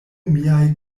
miaj